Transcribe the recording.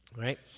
right